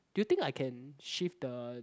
do you think I can shift the